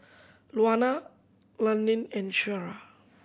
Luana Londyn and Shara